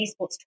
esports